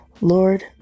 Lord